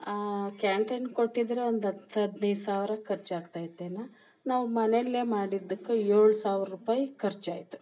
ಕ್ಯಾಂಟೀನ್ಗೆ ಕೊಟ್ಟಿದ್ರೆ ಒಂದು ಹತ್ತು ಹದಿನೈದು ಸಾವಿರ ಖರ್ಚಾಗ್ತಾಯಿತ್ತೇನೊ ನಾವು ಮನೆಯಲ್ಲೇ ಮಾಡಿದ್ದಕ್ಕೆ ಏಳು ಸಾವ್ರ ರುಪಾಯಿ ಖರ್ಚಾಯ್ತು